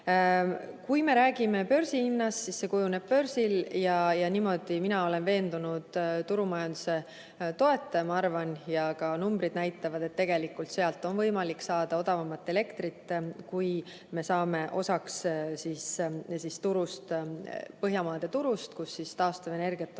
Kui me räägime börsihinnast, siis see kujuneb börsil. Mina olen veendunud turumajanduse toetaja. Ma arvan ja ka numbrid näitavad, et tegelikult on võimalik saada odavamat elektrit, kui me saame osaks põhjamaade turust, kus taastuvenergiat on